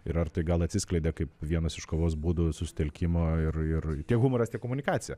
ir ar tai gal atsiskleidė kaip vienas iš kovos būdų susitelkimo ir ir tiek humoras komunikacija